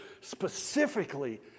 specifically